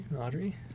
Audrey